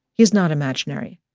he's not imaginary.